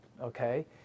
okay